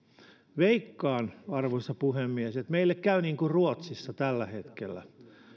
veikkaan arvoisa puhemies että meille käy niin kuin ruotsissa tällä hetkellä